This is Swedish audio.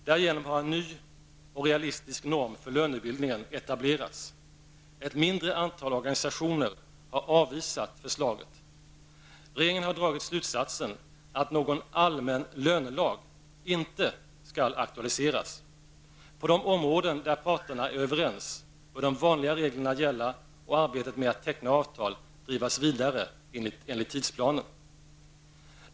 Därigenom har en ny och realistisk norm för lönebildningen etablerats. Ett mindre antal organisationer har avvisat förslaget. Regeringen har dragit slutsatsen att någon allmän lönelag inte skall aktualiseras. På de områden där parterna är överens bör de vanliga reglerna gälla och arbetet med att teckna avtal drivas vidare enligt tidsplanen.